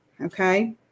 Okay